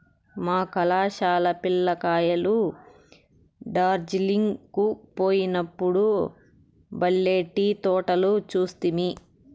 మా కళాశాల పిల్ల కాయలు డార్జిలింగ్ కు పోయినప్పుడు బల్లే టీ తోటలు చూస్తిమి